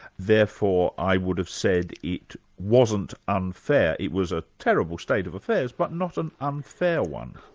therefore, i would have said it wasn't unfair, it was a terrible state of affairs, but not an unfair one.